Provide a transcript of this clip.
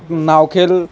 নাও খেল